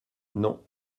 non